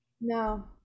No